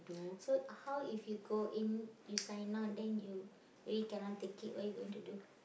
so how if you go in you sign on then you really cannot take it what you going to do